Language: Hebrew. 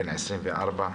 בן 24,